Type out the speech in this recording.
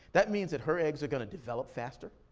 that means that her eggs are gonna develop faster.